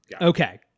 Okay